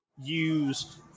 use